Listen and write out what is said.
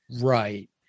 Right